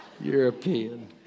European